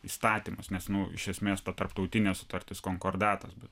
įstatymas nes nu iš esmės tarptautinė sutartis konkordatas bet